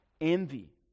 Envy